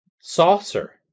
saucer